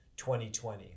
2020